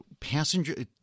passenger